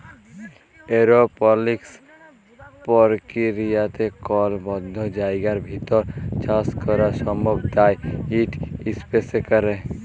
এরওপলিক্স পর্কিরিয়াতে কল বদ্ধ জায়গার ভিতর চাষ ক্যরা সম্ভব তাই ইট ইসপেসে ক্যরে